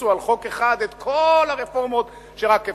העמיסו על חוק אחד את כל הרפורמות שרק אפשר,